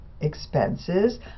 expenses